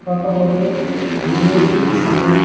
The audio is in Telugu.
కాకపోతే డెలివరీ సమయం